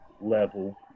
level